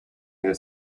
their